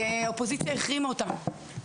האופוזיציה החרימה אותנו.